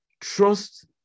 Trust